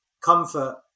comfort